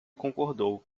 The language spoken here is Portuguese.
concordou